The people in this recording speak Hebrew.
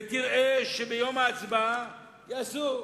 ותראה שביום ההצבעה יעשו,